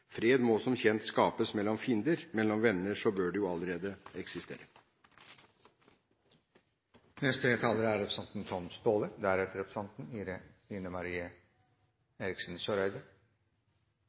Fred må som kjent skapes mellom fiender, mellom venner bør det jo allerede eksistere. Dette er